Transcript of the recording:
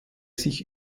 sich